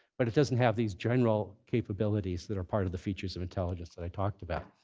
but it doesn't have these general capabilities that are part of the features of intelligence that i talked about.